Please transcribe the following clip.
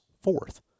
fourth